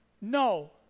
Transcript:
No